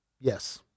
yes